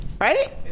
Right